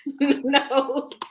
no